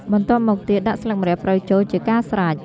បន្ទាប់មកទៀតដាក់ស្លឹកម្រះព្រៅចូល ជាការស្រេច។